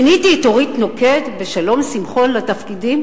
מיניתי את אורית נוקד ושלום שמחון לתפקידים,